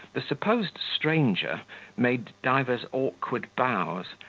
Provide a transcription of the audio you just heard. the supposed stranger made divers awkward bows,